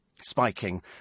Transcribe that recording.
spiking